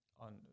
On